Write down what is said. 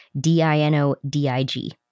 D-I-N-O-D-I-G